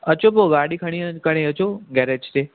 अचो पोइ गाॾी खणी करे अचो गैरेज ते